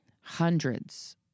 Hundreds